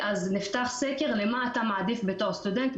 אז נפתח סקר: מה אתה מעדיף בתור סטודנט,